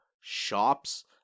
shops